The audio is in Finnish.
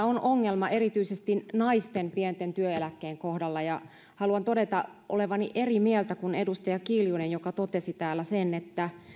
on ongelma erityisesti naisten pienten työeläkkeiden kohdalla haluan todeta olevani eri mieltä kuin edustaja kiljunen joka totesi täällä että